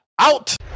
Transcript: out